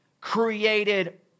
created